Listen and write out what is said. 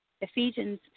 Ephesians